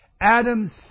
Adam's